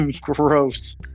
gross